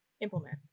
implement